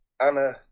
Anna